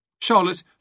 Charlotte